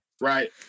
right